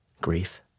grief